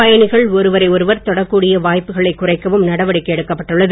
பயணிகள் ஒருவரை ஒருவர் தொடக் கூடிய வாய்ப்புகளை குறைக்கவும் நடவடிக்கை எடுக்கப்பட்டுள்ளது